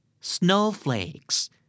Snowflakes